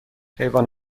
حیوان